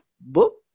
book